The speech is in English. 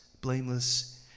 blameless